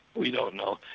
we don't know.